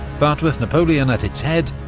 but with napoleon at its head,